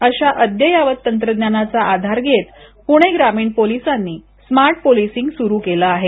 अशा अद्ययावत तंत्रज्ञानाचा आधार घेत पूणे ग्रामीण पोलीसांनी स्मार्ट पोलिसिंग सुरू केलं आहे